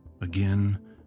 again